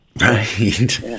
Right